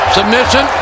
Submission